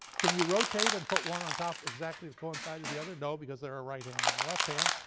can you rotate and put one on top, exactly to coincide with the other? no, because they're a right hand and a left hand.